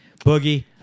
Boogie